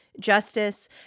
justice